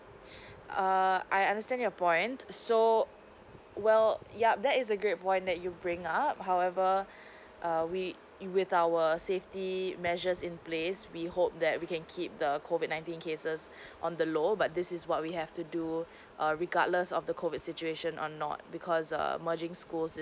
err I understand your point so well yup that is a great one that you bring up however err we with our safety measures in place we hope that we can keep the COVID nineteen cases on the low but this is what we have to do err regardless of the COVID situation or not because err merging schools is